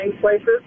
places